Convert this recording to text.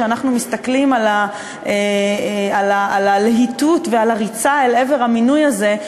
כשאנחנו מסתכלים על הלהיטות ועל הריצה אל עבר המינוי הזה,